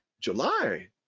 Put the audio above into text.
July